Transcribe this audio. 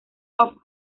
off